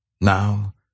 Now